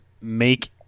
make